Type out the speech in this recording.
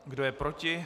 Kdo je proti?